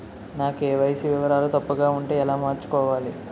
నా కే.వై.సీ వివరాలు తప్పుగా ఉంటే ఎలా మార్చుకోవాలి?